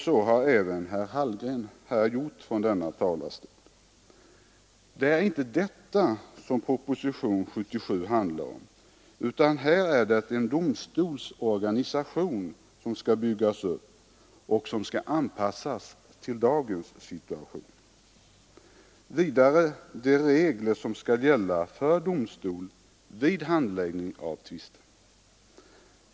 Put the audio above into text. Så har herr Hallgren även gjort från den här talarstolen. Det är inte detta propositionen 77 handlar om utan om en domstolsorganisation, som skall byggas upp och anpassas till dagens situation, och vidare de regler som skall gälla för domstolen vid handläggning av tvister.